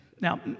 Now